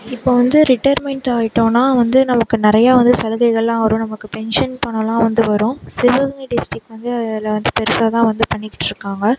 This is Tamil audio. இப்போ வந்து ரிட்டயர்மெண்ட் ஆகிட்டோன்னா வந்து நமக்கு நிறையா வந்து சலுகைகள்லாம் வரும் நமக்கு பென்ஷன் பணலாம் வந்து வரும் சிவகங்கை டிஸ்ட்டிக் வந்து அதில் வந்து பெருசாக தான் வந்து பண்ணிகிட்டுருக்காங்க